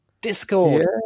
Discord